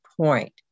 Point